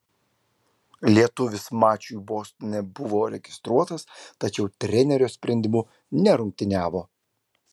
lietuvis mačui bostone buvo registruotas tačiau trenerio sprendimu nerungtyniavo